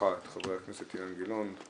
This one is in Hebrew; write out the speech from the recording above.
בברכה את חבר הכנסת אילן גילאון,